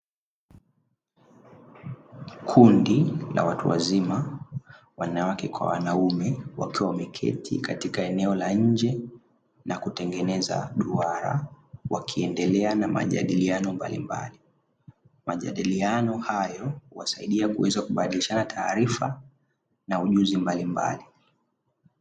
Kundi la watu wazima wanawake kwa wanaume wakiwa wameketi katika eneo la nje na kutengeneza duara wakiendelea na majadiliano mbalimbali, majadiliano hayo huwasaidia kuweza kubadilishana taarifa na ujuzi mbalimbali.